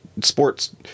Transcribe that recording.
sports